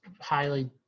highly